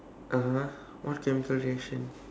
(uh huh) what chemical reaction